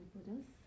Buddhas